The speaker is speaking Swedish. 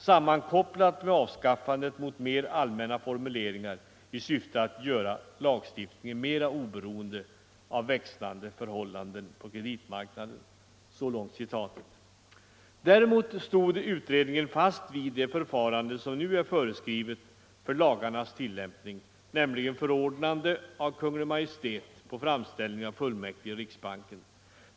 Sammankopplat med avskaffandet av tidsbegränsningen kan man också se inriktningen mot mer allmänna formuleringar, i syfte att göra lagstiftningen mera oberoende av växlande förhållanden på kreditmarknaden.” Däremot stod utredningen fast vid det förfarande som nu är föreskrivet för lagarnas tillämpning, nämligen förordnande av Kungl. Maj:t på framställning av fullmäktige i riksbanken.